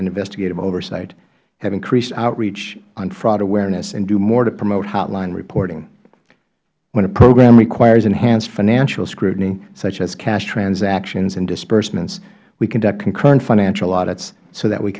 investigative oversight have increased outreach on fraud awareness and do more to promote hotline reporting when a program requires enhanced financial scrutiny such as cash transactions and disbursements we conduct concurrent financial audits so that we